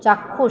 চাক্ষুষ